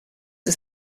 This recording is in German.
ist